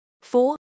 Four